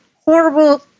horrible